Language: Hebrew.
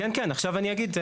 כן, כן, עכשיו אני אגיד.